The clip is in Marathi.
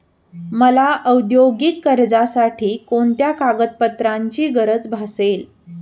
मला औद्योगिक कर्जासाठी कोणत्या कागदपत्रांची गरज भासेल?